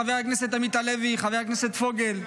חברי הכנסת עמית הלוי וצביקה פוגל,